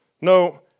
No